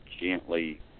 gently